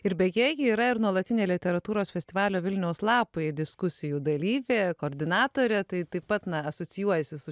ir beje ji yra ir nuolatinė literatūros festivalio vilniaus lapai diskusijų dalyvė koordinatorė tai taip pat na asocijuojasi su